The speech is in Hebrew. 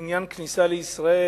בעניין כניסה לישראל,